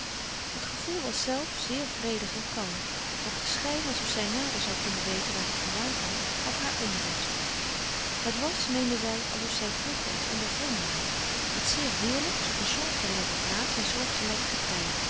het gevoel was zelf zeer vredig en kalm doch de schijn alsof zij nader zou kunnen weten waar het vandaan kwam gaf haar onrust het was meende zij alsof zij vroeger iets ondervonden had iets zeer heerlijks op een soortgelijke plaats in soortgelijk